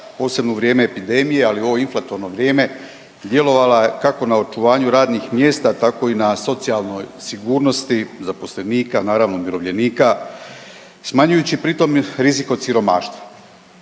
posebno u vrijeme epidemije ali u ovo inflatorno vrijeme djelovala kako na očuvanju radnih mjesta, tako i na socijalnoj sigurnosti zaposlenika, naravno umirovljenika smanjujući pritom rizik od siromaštva.